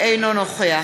אינו נוכח